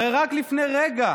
הרי רק לפני רגע